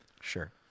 Sure